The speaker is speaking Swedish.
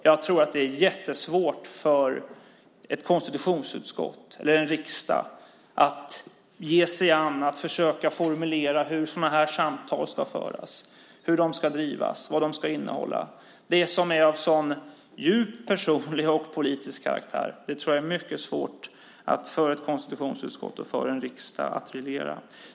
Jag tror att det är jättesvårt för ett konstitutionsutskott eller en riksdag att ta sig an att försöka formulera hur sådana här samtal ska föras, hur de ska drivas, vad de ska innehålla. Det som är av så djupt personlig och politisk karaktär tror jag är mycket svårt för ett konstitutionsutskott och för en riksdag att reglera.